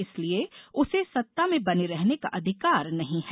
इसलिए उसे सत्ता में बने रहने का अधिकार नहीं है